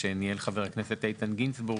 בדיון שניהל חבר הכנסת איתן גינזבורג,